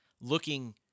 looking